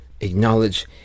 acknowledge